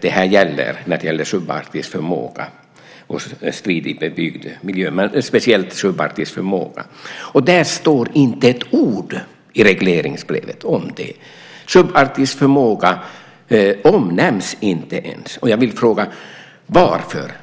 detta gäller i fråga om subarktisk förmåga och strid i bebyggd miljö, men speciellt subarktisk förmåga. Men det står inte ett ord i regleringsbrevet om det. Subarktisk förmåga omnämns inte ens. Jag vill därför fråga: Varför?